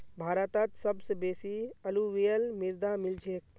भारतत सबस बेसी अलूवियल मृदा मिल छेक